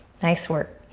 nice work.